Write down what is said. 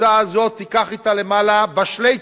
הקבוצה הזאת תיקח אתה למעלה בשלייקעס,